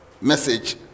Message